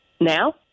Now